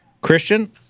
Christian